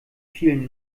vielen